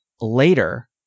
later